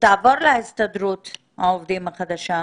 תעבור להסתדרות העובדים החדשה.